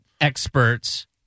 experts